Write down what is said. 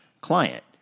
client